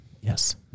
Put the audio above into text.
Yes